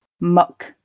muck